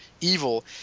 evil